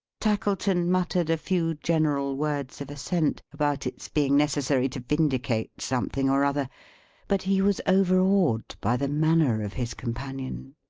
tackleton muttered a few general words of assent, about its being necessary to vindicate something or other but he was overawed by the manner of his companion.